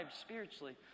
spiritually